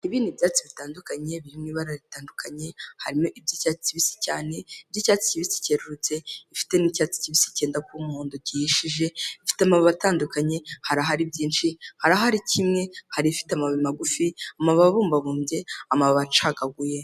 Ibi n’ibyatsi bitandukanye birimo ibara ritandukanye, harimo iby'icyatsi kibisi cyane iby’icyatsi kibisi cyerurutse ibifite n'icyatsi kibisi cyenda kuba umuhondo gihishije, bifite amababi atandukanye hari ahari byinshi hari ahari kimwe, hari ibifite amababi magufi abumbabumbye n’ amababi acagaguye…